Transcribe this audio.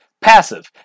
Passive